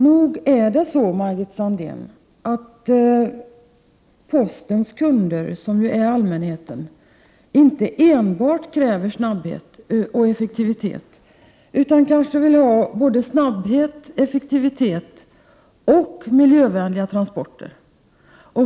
Nog är det så, Margit Sandéhn, att postens kunder, som ju är allmänheten, inte enbart kräver snabbhet och effektivitet. Kanske vill de ha både snabbhet, effektivitet och miljövänliga transporter.